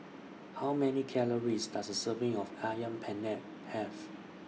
How Many Calories Does A Serving of Ayam Penyet Have